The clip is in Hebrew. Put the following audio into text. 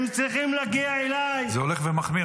הם צריכים להגיע אליי -- זה הולך ומחמיר.